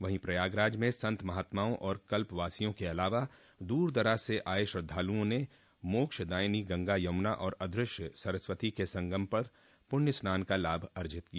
वहीं प्रयागराज में संत महात्माओं और कल्प वासियों के अलावा दूर दराज से आये श्रद्धालुओं ने मोक्ष दायनी गंगा यमुना और अदृश्य सरस्वती के संगम पर पुण्य स्नान का लाभ अर्जित किया